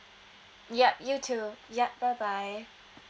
yup you too yup bye bye